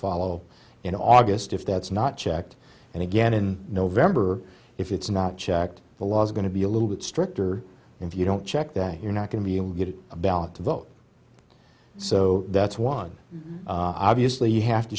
follow in august if that's not checked and again in november if it's not checked the law is going to be a little bit stricter if you don't check that you're not going to be able to get a ballot to vote so that's one obviously you have to